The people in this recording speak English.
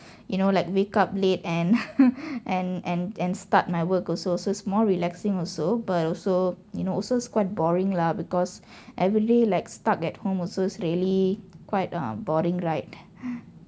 you know like wake up late and and and and start my work also so it's more relaxing also but also you know also is quite boring lah because everyday like stuck at home also it's really quite um boring right